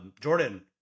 Jordan